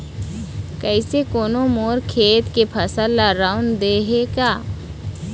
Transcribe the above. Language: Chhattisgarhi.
कइसे कोनो मोर खेत के फसल ल रंउद दे हे का?